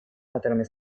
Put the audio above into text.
которыми